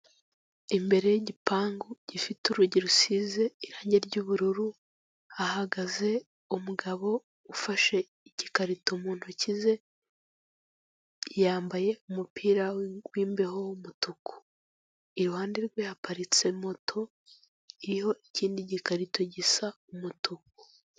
Imbere y'igipangu gifite urugi rusize irangi ry'ubururu, hahagaze umugabo ufashe igikarito mu ntoki ze, yambaye umupira w'imbeho w'umutuku. Iruhande rwe haparitse moto, iriho ikindi gikarito gisa umutuku.